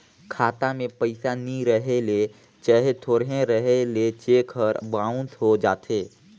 खाता में पइसा नी रहें ले चहे थोरहें रहे ले चेक हर बाउंस होए जाथे